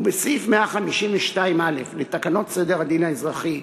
ובסעיף 152(א) לתקנות סדר הדין האזרחי,